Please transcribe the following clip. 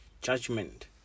judgment